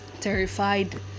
terrified